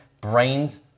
Brains